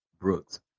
Brooks